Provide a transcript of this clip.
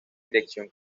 dirección